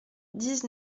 dix